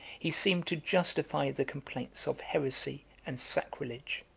he seemed to justify the complaints of heresy and sacrilege.